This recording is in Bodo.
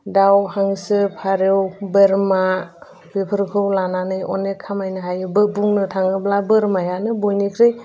दाउ हांसो फारौ बोरमा बेफोरखौ लानानै अनेक खामायनो हायो बुंनो थाङोब्ला बोरमायानो बयनिख्रुइ